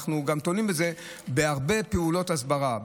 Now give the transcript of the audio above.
אנחנו תולים את זה גם בהרבה פעולות הסברה,